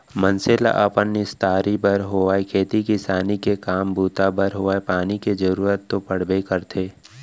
मनखे ल अपन निस्तारी बर होय खेती किसानी के काम बूता बर होवय पानी के जरुरत तो पड़बे करथे